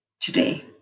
today